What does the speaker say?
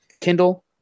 Kindle